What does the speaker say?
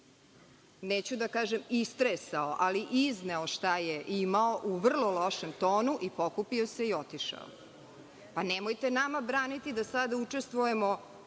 neću da kažem „istresao“ ali izneo šta je imao u vrlo lošem tonu i pokupio se i otišao. Pa, nemojte nama braniti da sada učestvujemo